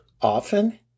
often